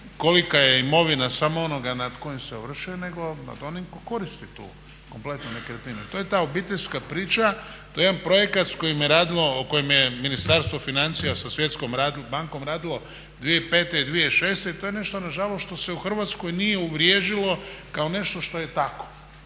kolika je imovina samo onoga nad kojim se ovršuje nego i nad onim tko koristi tu kompletnu nekretninu. I to je ta obiteljska priča, to je jedan projekt o kojem je Ministarstvo financija sa Svjetskom bankom radilo 2005. i 2006. i to je nešto nažalost što se u Hrvatskoj nije uvriježilo kao nešto što je takvo.